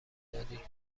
دادی